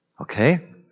Okay